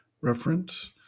Reference